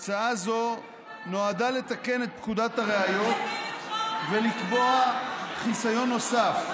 הצעה זו נועדה לתקן את פקודת הראיות ולקבוע חיסיון נוסף,